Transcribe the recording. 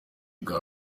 bwa